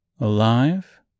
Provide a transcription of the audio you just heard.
alive